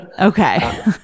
Okay